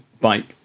bike